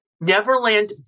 Neverland